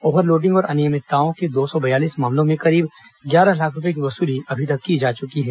overloading और अनियमितताओं के दो सौ बयालीस मामलों में करीब ग्यारह लाख रूपये की वसूली की गई है